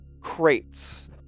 crates